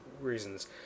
reasons